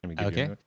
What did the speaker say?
Okay